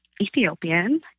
Ethiopian